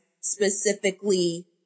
specifically